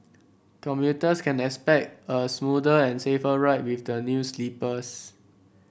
commuters can expect a smoother and safer ride with the new sleepers